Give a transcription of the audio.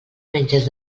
menges